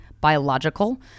Biological